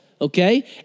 Okay